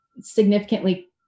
significantly